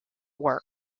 work